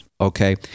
Okay